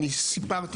ואני כרגע סיפרתי